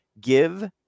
Give